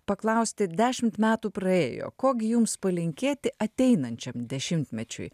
paklausti dešimt metų praėjo ko gi jums palinkėti ateinančiam dešimtmečiui